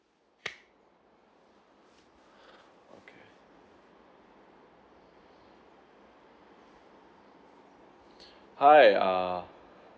okay hi err